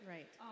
Right